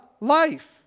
life